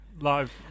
live